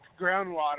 groundwater